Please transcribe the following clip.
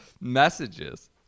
messages